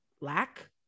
lack